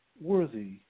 worthy